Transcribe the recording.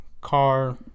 car